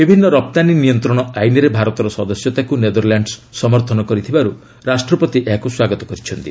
ବିଭିନ୍ନ ରପ୍ତାନୀ ନିୟନ୍ତ୍ରଣ ଆଇନ୍ରେ ଭାରତର ସଦସ୍ୟତାକୁ ନେଦରଲ୍ୟାଣ୍ଡ୍ସ ସମର୍ଥନ କରିଥିବାରୁ ରାଷ୍ଟ୍ରପତି ଏହାକୁ ସ୍ୱାଗତ କରିଛନ୍ତି